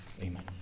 Amen